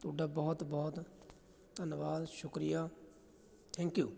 ਤੁਹਾਡਾ ਬਹੁਤ ਬਹੁਤ ਧੰਨਵਾਦ ਸ਼ੁਕਰੀਆ ਥੈਂਕ ਯੂ